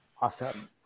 Awesome